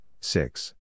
six